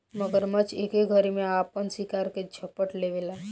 मगरमच्छ एके घरी में आपन शिकार के झपट लेवेला